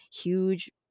huge